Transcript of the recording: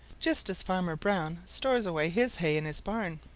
just as farmer brown stores away his hay in his barn.